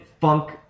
funk